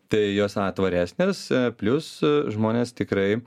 tai jos tvaresnės plius žmonės tikrai